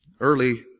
early